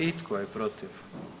I tko je protiv?